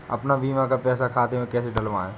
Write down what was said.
अपने बीमा का पैसा खाते में कैसे डलवाए?